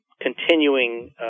continuing